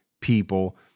people